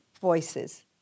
voices